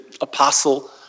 apostle